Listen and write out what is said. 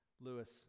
Lewis